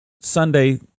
Sunday